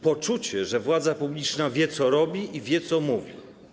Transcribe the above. Poczucie, że władza publiczna wie, co robi, i wie, co mówi.